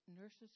Nurses